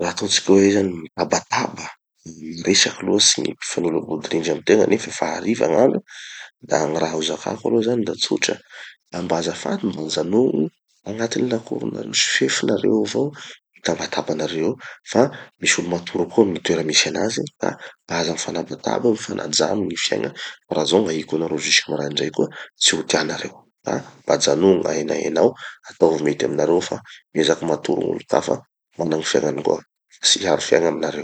Raha ataotsika hoe zany mitabataba miresaky loatsy gny mpifanolom-bodirindry amy tegna neaf efa hariva gn'andro, gny raha ho zakako zany da tsotra: mba azafady mba ajanogno agnaty lakoro sy fefinareo ao avao gny tabatabanareo fa misy olo matory koa amy gny toera misy anazy ka aza mifanabataba, mifanajà amy gny fiaigna. Raha zao gn'ahiko anareo jusque maraindray koa tsy ho tianareo. Ka, mba ajanogny ahenahenao, ataovy mety aminareo ao fa miezaky matory gn'olon-kafa fa mana gny fiaignany koa, tsy hiharo fiaigna aminareo.